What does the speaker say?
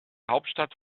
hauptstadt